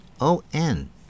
O-N